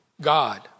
God